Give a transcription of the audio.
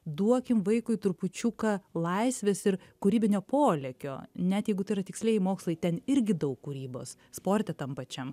duokim vaikui trupučiuką laisvės ir kūrybinio polėkio net jeigu tai yra tikslieji mokslai ten irgi daug kūrybos sporte tam pačiam